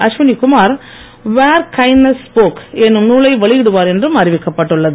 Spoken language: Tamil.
அஸ்வினிகுமார் வேர் கைன்ட்நெஸ் ஸ்போக் என்னும் நூலை வெளியிடுவார் என்றும் அறிவிக்கப்பட்டு உள்ளது